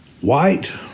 white